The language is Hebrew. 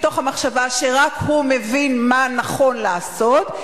מתוך המחשבה שרק הוא מבין מה נכון לעשות?